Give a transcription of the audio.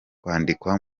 kwandikwa